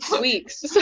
weeks